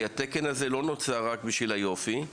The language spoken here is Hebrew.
התקן הזה לא נוצר רק בשביל היופי,